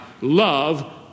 love